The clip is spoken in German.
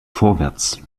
vorwärts